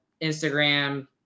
Instagram